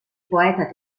poeta